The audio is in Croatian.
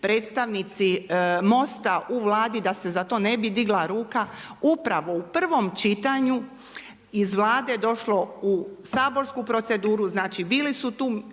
predstavnici MOST-a u Vladi da se za to ne bi digla ruka. Upravo u prvom čitanju iz vlade je došlo u saborsku proceduru, znači bili su tu